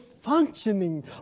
functioning